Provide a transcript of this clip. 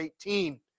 18